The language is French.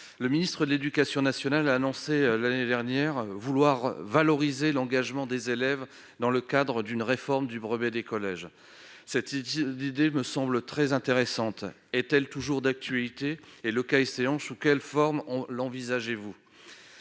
Le ministre de l'éducation nationale a annoncé l'année dernière vouloir valoriser l'engagement des élèves dans le cadre d'une réforme du brevet des collèges. Cette idée me semble très intéressante : est-elle toujours d'actualité ? Le cas échéant, sous quelle forme l'envisagez-vous ?